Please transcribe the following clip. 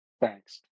Thanks